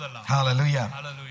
Hallelujah